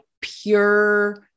pure